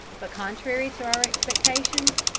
but contrary to our expectations,